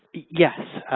yes.